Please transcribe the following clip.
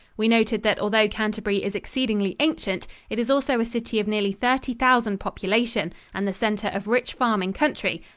we noted that although canterbury is exceedingly ancient, it is also a city of nearly thirty thousand population and the center of rich farming country,